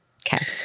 Okay